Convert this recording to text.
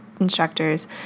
instructors